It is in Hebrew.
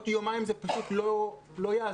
בעוד יומיים זה פשוט לא יעזור,